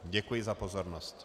Děkuji za pozornost.